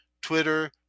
Twitter